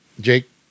Jake